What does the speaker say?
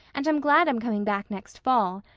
and i'm glad i'm coming back next fall.